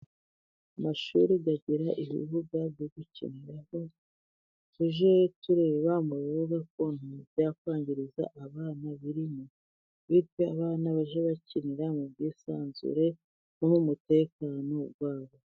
Amashuri agira ibibuga byo gukiniramo, tuje tureba mu bibuga ko ntabintu byakwangiza abana birimo pe. Abana bajye bakinira mu bwisanzure no m'umutekano wabo.